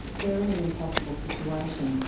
they're in an impossible situation.